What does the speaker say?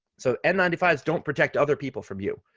so n nine five s don't protect other people from you,